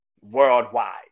worldwide